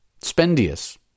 Spendius